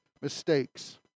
mistakes